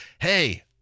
hey